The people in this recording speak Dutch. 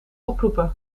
oproepen